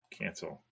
cancel